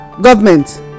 government